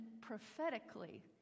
prophetically